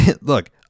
look